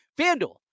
FanDuel